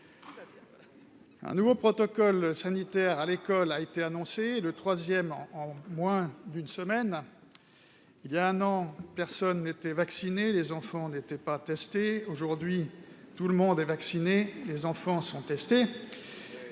un nouveau protocole sanitaire à l'école a été annoncé ; c'est le troisième en moins d'une semaine. Il y a un an, personne n'était vacciné et les enfants n'étaient pas testés ; aujourd'hui, tout le monde est vacciné, les enfants sont testés.